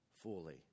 fully